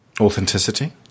Authenticity